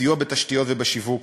סיוע בתשתיות ובשיווק.